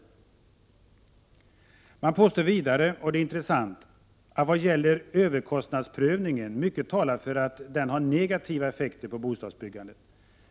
Man påstår vidare — och det är intressant — att mycket talar för att 81 överkostnadsprövningen har negativa effekter på bostadsbyggandet.